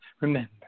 Remember